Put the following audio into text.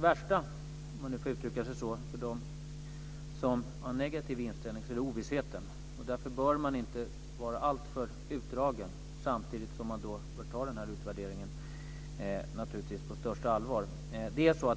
värsta för dem med negativ inställning är ovissheten. Därför bör det hela inte vara för utdraget, samtidigt som utvärderingen bör tas på största allvar.